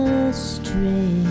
astray